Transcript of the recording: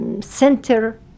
center